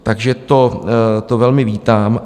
Takže to velmi vítám.